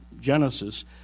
Genesis